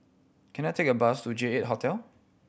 can I take a bus to J Eight Hotel